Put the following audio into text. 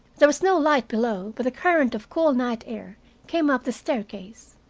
there was no light below, but a current of cool night air came up the staircase.